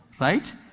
right